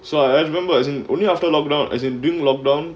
so I remember isn't only after lockdown as in during lockdown